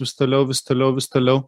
vis toliau vis toliau vis toliau